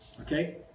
Okay